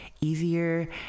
easier